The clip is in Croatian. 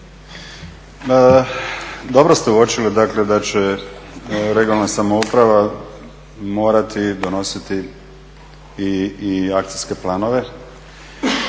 Dobro ste uočili, dakle, da će regionalna samouprava morati donositi i akcijske planove